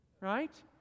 Right